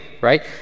right